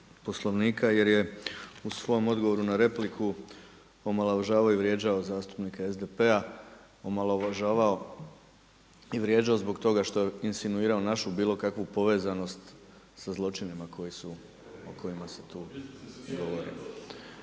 jer je u svom odgovoru na repliku omalovažavao i vrijeđao zastupnike SDP-a, omalovažavao i vrijeđao zbog toga što je insinuirao bilo kakvu povezanost sa zločinima o kojima se tu govori.